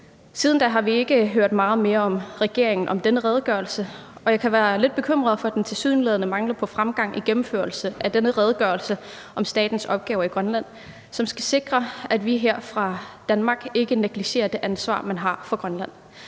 Siden da har vi ikke hørt meget mere fra regeringen om denne redegørelse, og jeg kan være lidt bekymret over den tilsyneladende mangel på fremgang i gennemførelsen af denne redegørelse om statens opgaver i Grønland, som skal sikre, at vi her fra Danmark ikke negligerer det ansvar, man har for Grønland.